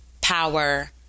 power